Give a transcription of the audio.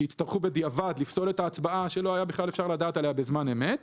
ושיצטרכו בדיעבד לפסול את ההצבעה שלא היה אפשר לדעת עליה בכלל בזמן אמת.